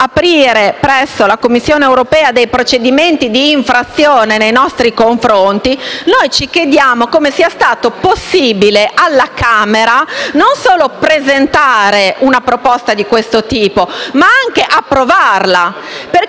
noi ci chiediamo come sia stato possibile alla Camera non solo presentare una proposta di questo tipo, ma anche approvarla.